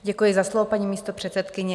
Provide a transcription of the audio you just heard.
Děkuji za slovo, paní místopředsedkyně.